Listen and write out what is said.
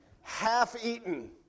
half-eaten